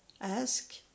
ask